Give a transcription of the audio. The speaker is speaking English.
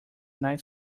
night